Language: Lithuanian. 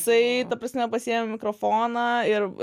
jisai ta prasme pasiėmė mikrofoną ir